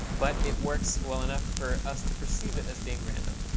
but it works well enough for us to perceive it as being random.